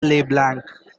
leblanc